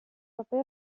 paper